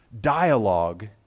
dialogue